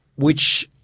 which,